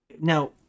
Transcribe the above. Now